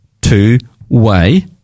two-way